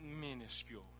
minuscule